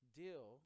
deal